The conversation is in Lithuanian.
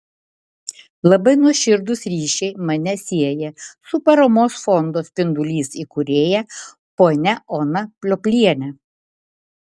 labai nuoširdūs ryšiai mane sieja su paramos fondo spindulys įkūrėja ponia ona pliopliene